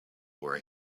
were